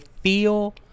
feel